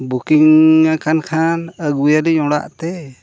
ᱟᱠᱟᱱ ᱠᱷᱟᱱ ᱟᱹᱜᱩᱭᱟᱞᱤᱧ ᱚᱲᱟᱜ ᱛᱮ